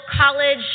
college